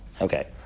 Okay